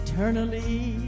Eternally